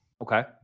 Okay